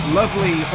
lovely